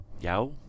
Yao